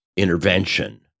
Intervention